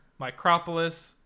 micropolis